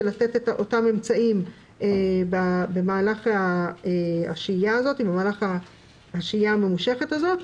לתת את אותם אמצעים במהלך השהייה הממושכת הזאת,